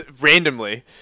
randomly